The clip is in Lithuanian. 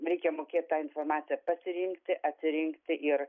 reikia mokėt tą informaciją pasirinkti atsirinkti ir